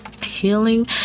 healing